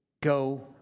Go